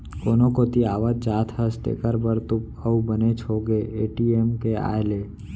कोनो कोती आवत जात हस तेकर बर तो अउ बनेच होगे ए.टी.एम के आए ले